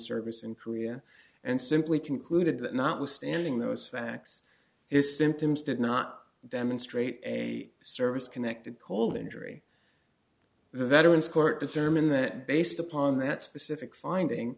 service in korea and simply concluded that notwithstanding those facts his symptoms did not demonstrate a service connected cold injury the veterans court determine that based upon that specific finding